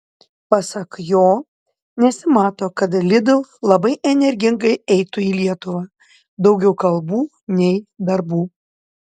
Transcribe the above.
pasak jo nesimato kad lidl labai energingai eitų į lietuvą daugiau kalbų nei darbų